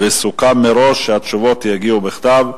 וסוכם מראש שהתשובות יגיעו בכתב.